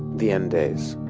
the end days.